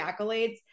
accolades